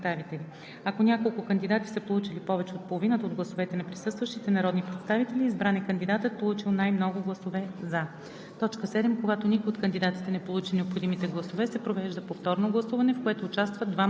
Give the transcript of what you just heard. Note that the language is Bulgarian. друго. 6. За избран се смята кандидатът, получил повече от половината от гласовете на присъстващите народни представители. Ако няколко кандидати са получили повече от половината от гласовете на присъстващите народни представители, избран е кандидатът, получил най-много гласове „за“.